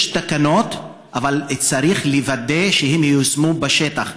יש תקנות, אבל צריך לוודא שהן ייושמו בשטח.